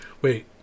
Wait